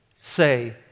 say